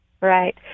Right